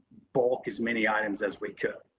bulk as many items as we could,